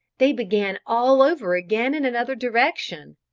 they began all over again in another direction.